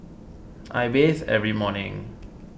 I bathe every morning